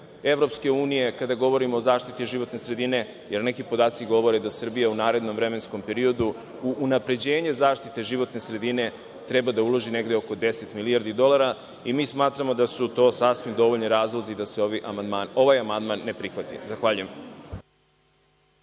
fondove EU, kada govorimo o zaštiti životne sredine, jer neki podaci govore da Srbija u narednom periodu u unapređenje zaštite životne sredine treba da uloži negde oko 10 milijardi dolara. Smatramo da su to sasvim dovoljni razlozi da se ovaj amandman ne prihvati. Zahvaljujem.